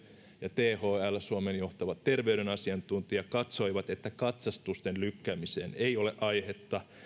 ja thl suomen johtava terveyden asiantuntija katsoivat että katsastusten lykkäämiseen ei ole aihetta